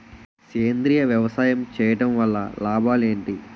సేంద్రీయ వ్యవసాయం చేయటం వల్ల లాభాలు ఏంటి?